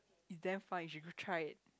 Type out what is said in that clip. it's damn fun you should try it